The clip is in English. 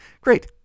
Great